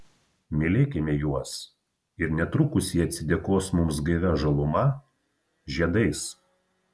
mylėkime juos ir netrukus jie atsidėkos mums gaivia žaluma žiedais